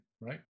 right